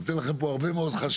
נותן לכם פה הרבה חשיבה.